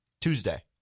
Tuesday